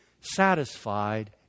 satisfied